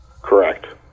Correct